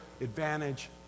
advantage